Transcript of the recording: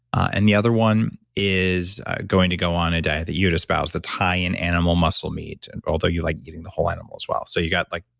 and the other one is going to go on a diet that you'd espoused that's high in animal muscle meat and although you like getting the whole animal as well. so, you got like,